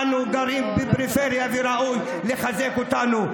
אנו גרים בפריפריה וראוי לחזק אותנו.